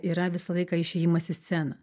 yra visą laiką išėjimas į sceną